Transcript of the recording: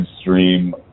stream